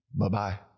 Bye-bye